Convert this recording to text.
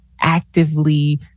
actively